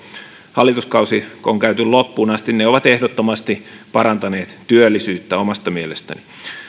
hallituskausi on käyty loppuun asti ne ovat ehdottomasti parantaneet työllisyyttä omasta mielestäni